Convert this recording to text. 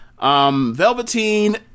Velveteen